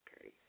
okay